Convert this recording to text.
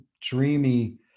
dreamy